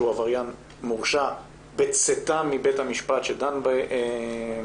שהוא עבריין מורשע בצאתה מבית המשפט שדן בעניינם.